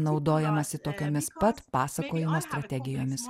naudojamasi tokiomis pat pasakojimo strategijomis